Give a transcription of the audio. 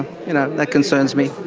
you know that concerns me,